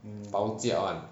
bao jia [one]